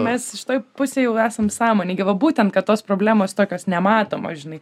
mes šitoj pusėj jau esam sąmoningi va būtent kad tos problemos tokios nematomos žinai